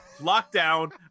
Lockdown